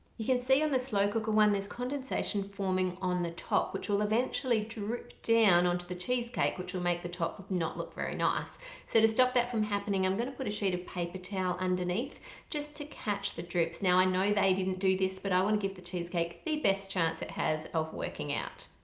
you can see on the slow cooker there's condensation forming on the top which will eventually drip down onto the cheesecake which will make the top not look very nice so to stop that from happening i'm gonna put a sheet of paper towel underneath just to catch the drips now i know they didn't do this but i want to give the cheesecake the best chance it has of working out.